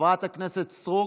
חברת הכנסת סטרוק,